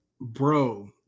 Bro